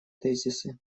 тезисы